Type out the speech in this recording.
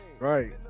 Right